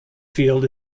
field